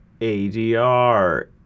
ADR